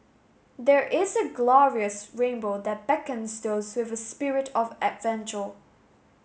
there is a glorious rainbow that beckons those with a spirit of adventure